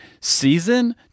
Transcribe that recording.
season